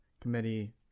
committee